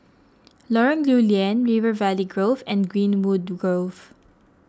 Lorong Lew Lian River Valley Grove and Greenwood Grove